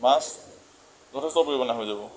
মাছ যথেষ্ট পৰিমাণে হৈ যাব